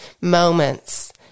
moments